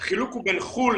החילוק הוא בין חו"ל